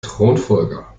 thronfolger